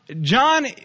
John